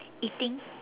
eating